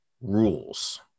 rules